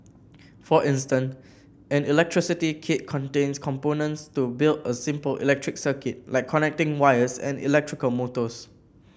for instance an electricity kit contains components to build a simple electric circuit like connecting wires and electrical motors